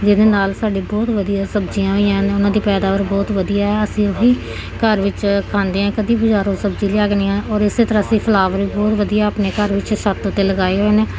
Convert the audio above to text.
ਜਿਹਦੇ ਨਾਲ ਸਾਡੀ ਬਹੁਤ ਵਧੀਆ ਸਬਜ਼ੀਆਂ ਹੋਈਆਂ ਨੇ ਉਹਨਾਂ ਦੀ ਪੈਦਾਵਾਰ ਬਹੁਤ ਵਧੀਆ ਆ ਅਸੀਂ ਉਹੀ ਘਰ ਵਿੱਚ ਖਾਂਦੇ ਹਾਂ ਕਦੀ ਬਾਜ਼ਾਰੋਂ ਸਬਜ਼ੀ ਲਿਆ ਕੇ ਨਹੀਂ ਔਰ ਇਸੇ ਤਰ੍ਹਾਂ ਅਸੀਂ ਫਲਾਵਰ ਵੀ ਬਹੁਤ ਵਧੀਆ ਆਪਣੇ ਘਰ ਵਿੱਚ ਛੱਤ 'ਤੇ ਲਗਾਏ ਹੋਏ ਨੇ